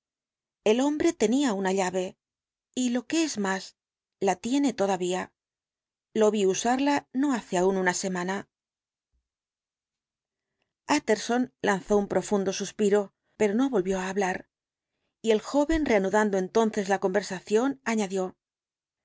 el hombre tenía una llave y lo que es más la tiene todavía lo vi usarla no hace aún una semana el dr jekyll utterson lanzó un profundo suspiro pero no volvió á hablar y el joven reanudando entonces la conversación añadió